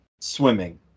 Swimming